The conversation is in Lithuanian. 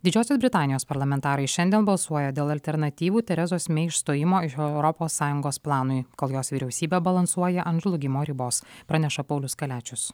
didžiosios britanijos parlamentarai šiandien balsuoja dėl alternatyvų teresos mei išstojimo iš europos sąjungos planui kol jos vyriausybė balansuoja ant žlugimo ribos praneša paulius kaliačius